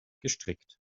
gestrickt